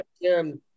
again